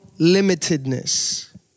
limitedness